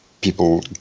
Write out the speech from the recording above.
people